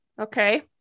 Okay